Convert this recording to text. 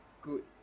good